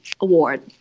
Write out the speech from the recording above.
award